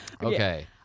okay